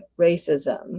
racism